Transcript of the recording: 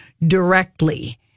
directly